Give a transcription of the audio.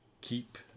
keep